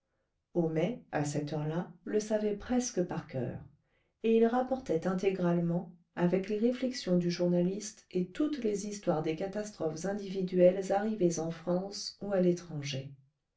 homais à cette heure-là le savait presque par coeur et il le rapportait intégralement avec les réflexions du journaliste et toutes les histoires des catastrophes individuelles arrivées en france ou à l'étranger